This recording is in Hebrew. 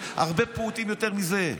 הרבה יותר פעוטים מזה.